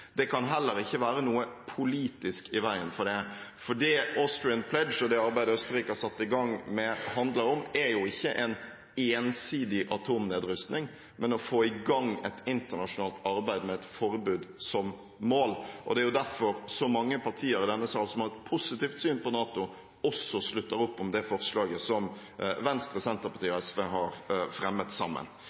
Det kan heller ikke være noe politisk i veien for det, for det Austrian Pledge og det arbeidet Østerrike har satt i gang med, handler om, er ikke en ensidig atomnedrustning, men å få i gang et internasjonalt arbeid med et forbud som mål. Det er derfor så mange partier i denne sal som har et positivt syn på NATO, også slutter opp om det forslaget som Venstre, Senterpartiet og SV har fremmet sammen.